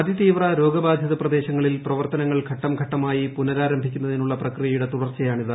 അതിതീവ്ര രോഗബാധിത പ്രദേശങ്ങളിൽ പ്രവർത്തനങ്ങൾ ഘട്ടം ഘട്ടമായി പുനരാരംഭിക്കുന്നതിനുള്ള പ്രക്രിയയുടെ തുടർച്ചയാണിത്